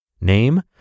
Name